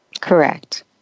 Correct